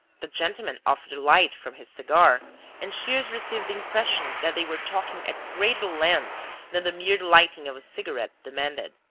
the gentleman offered a light from his cigar and shears received the impression that they were talking at greater length than the mere lighting of a cigarette demanded.